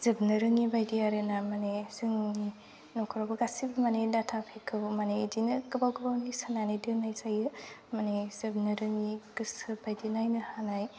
जोबनो रोङि बायदि आरोना माने जोंनि न'खरावबो गासैबो माने डाटा पेकखौ माने बिदिनो गोबाव गोबावनि सोनानै दोननाय जायो माने जोबनो रोङि गोसो बायदि नायनो हानाय